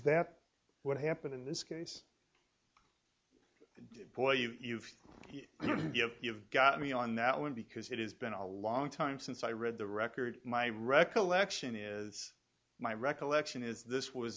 that what happened in this case boy you've got to give you've got me on that one because it has been a long time since i read the record my recollection is my recollection is this was